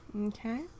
Okay